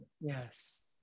Yes